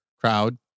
crowd